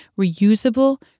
reusable